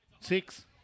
Six